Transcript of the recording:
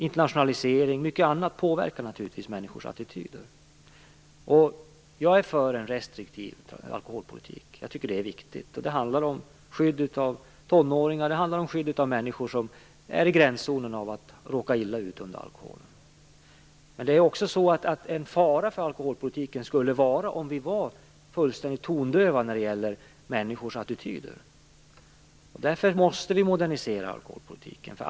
Internationalisering och mycket annat påverkar naturligtvis människors attityder. Jag är för en restriktiv alkoholpolitik. Jag tycker att det är viktigt. Det handlar om skydd av tonåringar och av människor som befinner sig i gränszonen för att råka illa ut på grund av alkoholen. Men det skulle vara en fara för alkoholpolitiken om vi vore fullständigt tondöva för människors attityder. Därför måste vi modernisera alkoholpolitiken.